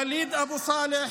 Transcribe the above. וליד אבו סאלח,